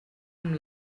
amb